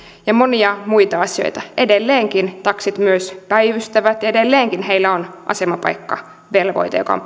ja monia muita asioita edelleenkin taksit myös päivystävät ja edelleenkin heillä on asemapaikkavelvoite joka on